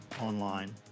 online